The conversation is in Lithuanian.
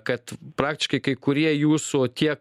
kad praktiškai kai kurie jūsų tie